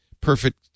perfect